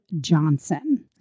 Johnson